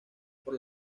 por